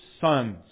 sons